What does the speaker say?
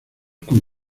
con